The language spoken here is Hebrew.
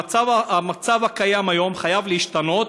המצב הקיים היום חייב להשתנות.